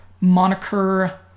moniker